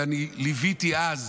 ואני ליוויתי אז